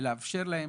ולאפשר להם